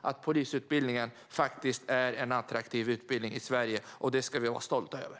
att polisutbildningen faktiskt är en attraktiv utbildning i Sverige, herr talman, och det ska vi vara stolta över.